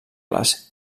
les